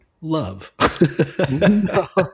Love